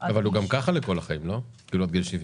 --- אבל הרישיון הרגיל הוא גם כך עד גיל 70